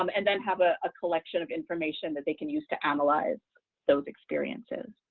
um and then have a ah collection of information that they can use to analyze those experiences.